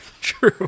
true